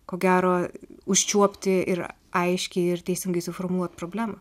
ko gero užčiuopti ir aiškiai ir teisingai suformuot problemą